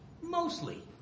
mostly